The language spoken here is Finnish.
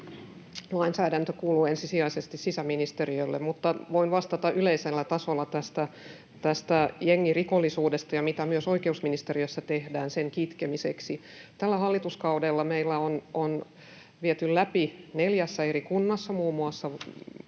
Ampuma-aselainsäädäntö kuuluu ensisijaisesti sisäministeriölle, mutta voin vastata yleisellä tasolla tästä jengirikollisuudesta ja siitä, mitä myös oikeusministeriössä tehdään sen kitkemiseksi. Tällä hallituskaudella meillä on viety läpi neljässä eri kunnassa, muun muassa